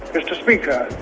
mr speaker,